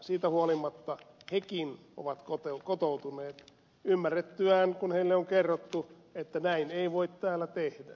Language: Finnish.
siitä huolimatta hekin ovat kotoutuneet ymmärrettyään kun heille on kerrottu että näin ei voi täällä tehdä